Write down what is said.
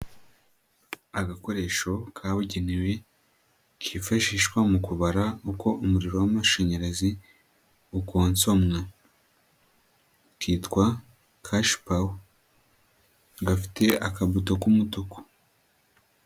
Agakoresho kabugenewe kifashishwa mu kubara uko umuriro w'amashanyarazi ukosomwa. Kitwa Kashipawa, gafite akabuto k'umutuku.